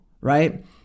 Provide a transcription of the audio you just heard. right